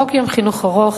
חוק יום חינוך ארוך